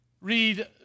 read